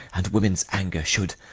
and women's anger should,